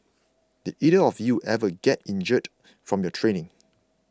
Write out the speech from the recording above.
did either of you ever get injured from your training